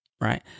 Right